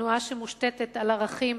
תנועה שמושתתת על ערכים,